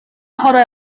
chwarae